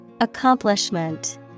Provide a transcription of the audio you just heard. Accomplishment